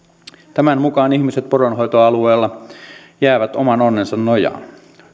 tämän mukaan ihmiset poronhoitoalueella jäävät oman onnensa nojaan